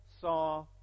saw